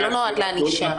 זה לא נועד לענישה.